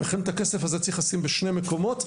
לכן את הכסף הזה צריך לשים בשני מקומות,